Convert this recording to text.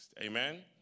Amen